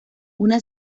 una